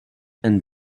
and